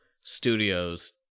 studios